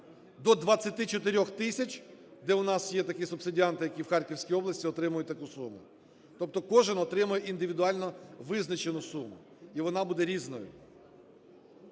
до 24 тисяч, де у нас є такі субсидіанти, які в Харківській області отримають таку суму. Тобто кожен отримає індивідуально визначену суму, і вона буде різною.